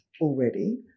already